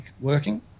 working